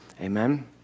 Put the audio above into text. Amen